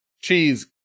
Cheese